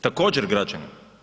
Također građani.